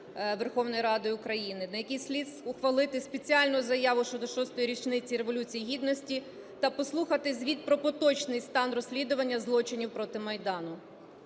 Верховної Ради України, на якому слід ухвалити спеціальну заяву щодо шостої річниці Революції Гідності та послухати звіт про поточний стан розслідування злочинів проти Майдану.